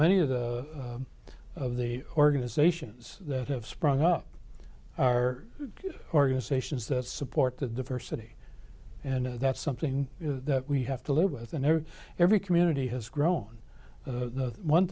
many of the of the organizations that have sprung up are organizations that support the diversity and that's something that we have to live with and every every community has grown the one